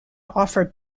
offer